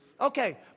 Okay